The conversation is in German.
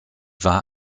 war